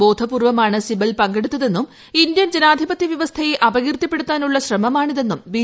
ബോധപൂർവ്വമാണ് സിബൽ പങ്കെടുത്തതെന്നും ഇന്ത്യൻ ജനാധിപത്യ വൃവസ്ഥയെ അപകീർത്തിപ്പെടുത്താനുള്ള ശ്രമമാണിതെന്നും ബി